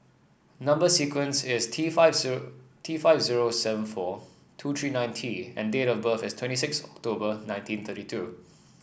number sequence is T five zero T five zero seven four two three nine T and date of birth is twenty six October nineteen thirty two